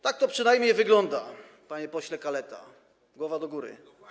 Tak to przynajmniej wygląda, panie pośle Kaleta, głowa do góry.